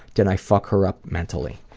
did i fuck her up mentally?